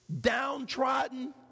downtrodden